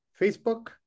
Facebook